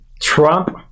Trump